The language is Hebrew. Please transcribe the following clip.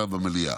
עכשיו במליאה.